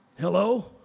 hello